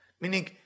meaning